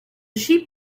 sheep